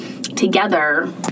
Together